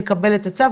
לקבל את הצו,